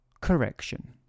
Correction